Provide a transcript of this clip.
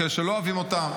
יש כאלה שלא אוהבים אותן,